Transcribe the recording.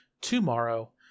tomorrow